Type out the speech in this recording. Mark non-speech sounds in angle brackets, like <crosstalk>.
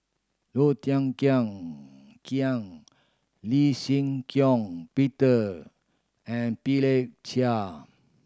Low Thia Khiang Khiang Lee Shih Shiong Peter and <unintelligible> Chia